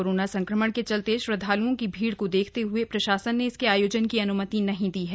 corona संक्रमण के चलते श्रद्वालुओं की भीड़ को देखते हुए प्रशासन ने इसके आयोजन को अन्मति नही दी है